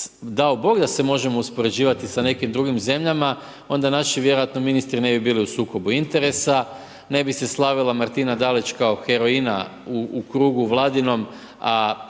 dao Bog da se možemo uspoređivati sa nekim drugim zemljama, onda naši vjerojatno ministri bili ne bi bili u sukobu interesa, ne bi se slavila Martina Dalić kao heroina u krugu vladinom,